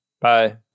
bye